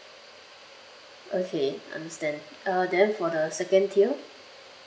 okay understand uh then for the second tier